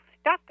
stuck